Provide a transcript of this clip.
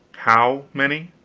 how many?